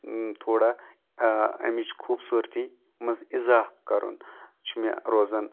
اَتھ تھوڑا اَمِچ خوٗبصوٗرتی منٛز اِضافہٕ کَرُن چھُ مےٚ روزان